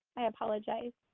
i apologize.